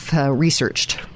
researched